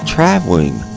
Traveling